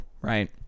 right